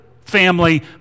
family